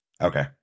okay